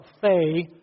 Faye